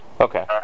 Okay